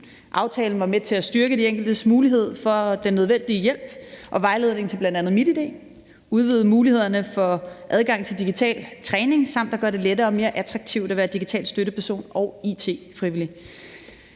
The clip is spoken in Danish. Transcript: Aftalen var med til at styrke de enkeltes mulighed for den nødvendige hjælp og vejledning til bl.a. MitID, udvide mulighederne for adgang til digital træning samt at gøre det lettere og mere attraktivt at være digital støtteperson og it-frivillig.